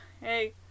hey